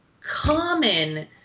common